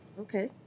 Okay